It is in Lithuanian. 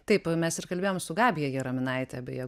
taip mes ir kalbėjom su gabija jaraminaite beje